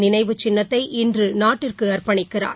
நினைவு சின்னத்தை இன்று நாட்டிற்கு அர்பணிக்கிறார்